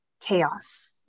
chaos